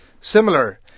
similar